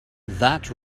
that